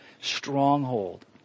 Stronghold